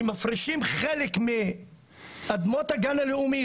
שמפרישים חלק מאדמות הגן הלאומי,